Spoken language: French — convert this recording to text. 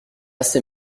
ces